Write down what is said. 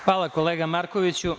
Hvala, kolega Markoviću.